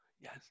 yes